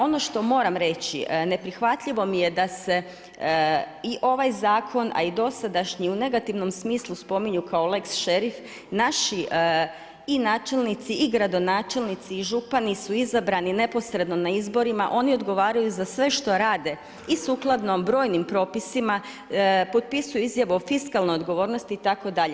Ono što moram reći, neprihvatljivo mi je da se i ovaj zakon a i dosadašnji u negativnom smislu spominju kao lex šerif, naši i načelnici i gradonačelnici i župani su izabrani neposredno na izborima, oni odgovaraju za sve što rade i sukladno brojnim propisima, potpisuju izjavu o fiskalnoj odgovornosti itd.